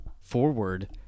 forward